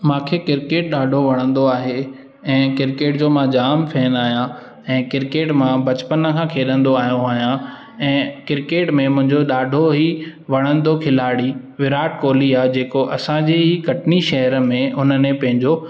मूंखे क्रिकेट ॾाढो वणंदो आहे ऐं क्रिकेट जो मां जाम फैन आहियां ऐं क्रिकेट मां बचपन खां खेॾंदो आयो आहियां ऐं क्रिकेट में मुंहिंजो ॾाढो ई वणंदो खिलाड़ी विराट कोहली आहे जेको असांजे ई कटनी शहर में उन्हनि पंहिंजो